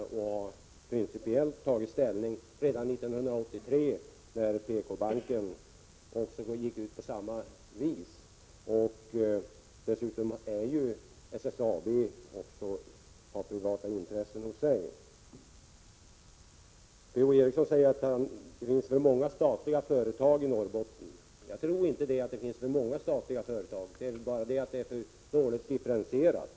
Vi tog principiell ställning till dessa frågor redan 1983 när PK-banken gick ut på samma sätt. SSAB har dessutom också privata intressen. P.-O. Eriksson sade vidare att det finns för många statliga företag i Norrbotten. Jag tror inte att det finns för många statliga företag — det är bara för dåligt differentierat.